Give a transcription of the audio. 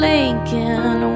Lincoln